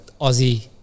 Aussie